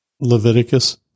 Leviticus